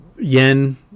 Yen